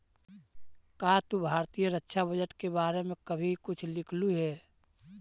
का तू भारतीय रक्षा बजट के बारे में कभी कुछ लिखलु हे